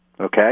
Okay